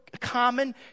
common